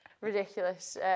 Ridiculous